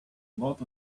lot